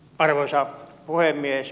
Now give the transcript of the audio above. arvoisa puhemies